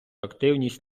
активність